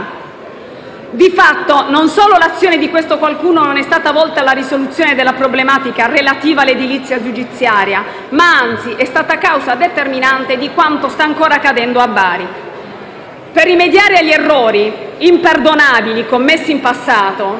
Di fatto, non solo l'azione di questo qualcuno non è stata volta alla risoluzione della problematica relativa all'edilizia giudiziaria, ma anzi è stata causa determinante di quanto sta ancora accadendo a Bari. Per rimediare agli errori, imperdonabili, commessi in passato,